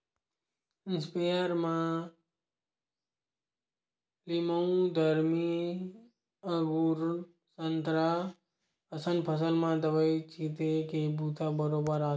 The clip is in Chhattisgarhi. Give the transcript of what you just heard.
इस्पेयर म लीमउ, दरमी, अगुर, संतरा असन फसल म दवई छिते के बूता बरोबर आथे